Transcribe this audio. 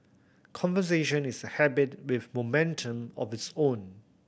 conversation is a habit with momentum of its own